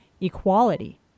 Equality